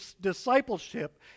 discipleship